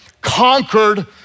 conquered